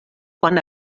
quan